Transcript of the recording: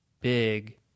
big